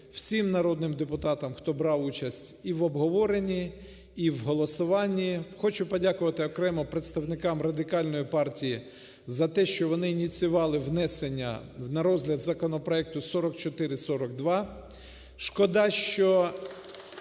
всім народним депутати, хто брав участь і в обговоренні, і в голосуванні. Хочу подякувати окремо представникам Радикальної партії за те, що вони ініціювали внесення на розгляд законопроекту 4442. (Оплески)